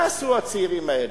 מה עשו הצעירים האלה?